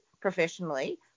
professionally